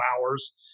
hours